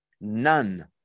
none